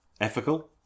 Ethical